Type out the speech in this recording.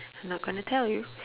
not gonna tell you